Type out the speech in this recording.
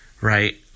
right